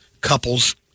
couples